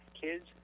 Kids